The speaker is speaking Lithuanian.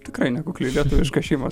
tikrai nekukli lietuviška šeima